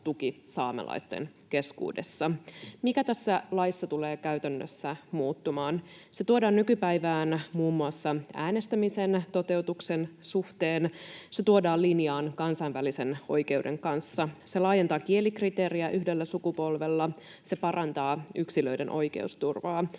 tuki saamelaisten keskuudessa. Mikä tässä laissa tulee käytännössä muuttumaan? Se tuodaan nykypäivään muun muassa äänestämisen toteutuksen suhteen, se tuodaan linjaan kansainvälisen oikeuden kanssa, se laajentaa kielikriteeriä yhdellä sukupolvella, se parantaa yksilöiden oikeusturvaa